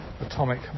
atomic